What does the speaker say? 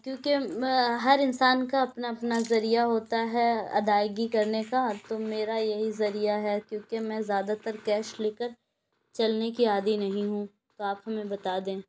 کیونکہ ہر انسان کا اپنا اپنا ذریعہ ہوتا ہے ادائیگی کرنے کا تو میرا یہی ذریعہ ہے کیوںکہ میں زیادہ تر کیش لے کر چلنے کی عادی نہیں ہوں تو آپ ہمیں بتا دیں